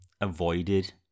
avoided